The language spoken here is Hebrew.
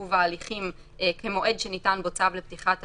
עיכוב ההליכים כמועד שניתן בו צו לפתיחת הליכים,